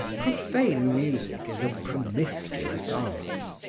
profane music is a promiscuous art.